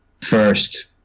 first